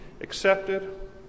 accepted